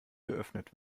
geöffnet